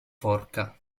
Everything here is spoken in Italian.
forca